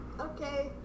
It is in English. Okay